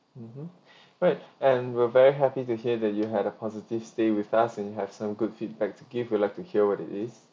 mmhmm great and we're very happy to hear that you had a positive stay with us and have some good feedback to give we'd like to hear what it is